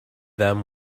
them